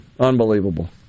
Unbelievable